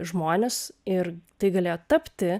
žmones ir tai galėjo tapti